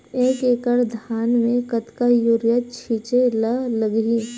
एक एकड़ धान में कतका यूरिया छिंचे ला लगही?